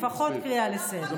בוא, אני, לפחות קריאה לסדר.